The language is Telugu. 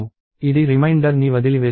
ఇది రిమైండర్ ని వదిలివేస్తుంది